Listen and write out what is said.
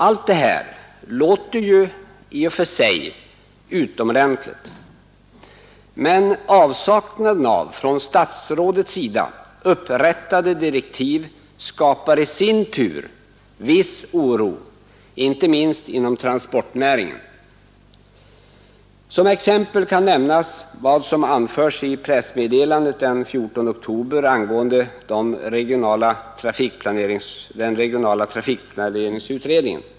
Allt detta låter i och för sig utomordentligt bra, men avsaknaden av från statsrådets sida upprättade direktiv skapar i sin tur viss oro, inte minst inom transportnäringen. Som exempel kan nämnas vad som anfördes i pressmeddelande den 14 oktober angående regionala trafikplaneringsutredningen.